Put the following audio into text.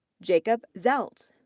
jacob zelt.